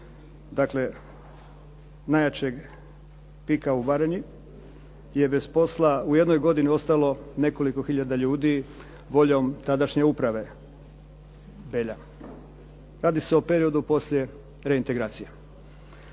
dakle najjačeg pika u Baranji je bez posla u jednoj godini ostalo nekoliko hiljada ljudi voljom tadašnje uprave Belja. Radi se o periodu poslije reintegracije.